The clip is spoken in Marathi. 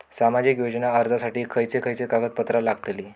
सामाजिक योजना अर्जासाठी खयचे खयचे कागदपत्रा लागतली?